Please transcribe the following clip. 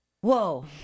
whoa